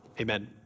Amen